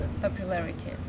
popularity